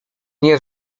nie